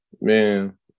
Man